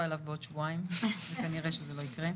אליו בעוד שבועיים וכנראה שזה לא יקרה.